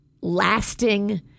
lasting